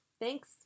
Thanks